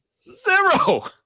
zero